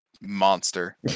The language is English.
monster